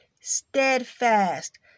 steadfast